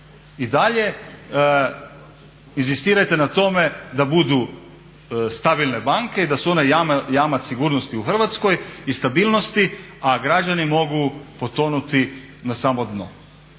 I dalje inzistirajte na tome da budu stabilne banke i da su one jamac sigurnosti u Hrvatskoj i stabilnosti, a građani mogu potonuti na samo dno.